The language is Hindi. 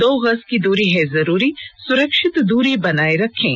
दो गज की दूरी है जरूरी सुरक्षित दूरी बनाए रखें